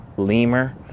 lemur